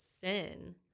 sin